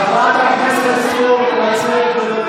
חבר הכנסת בן גביר, קריאה שלישית.